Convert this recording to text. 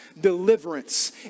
deliverance